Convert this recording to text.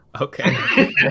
Okay